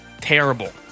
Terrible